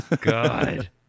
god